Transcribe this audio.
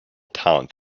talent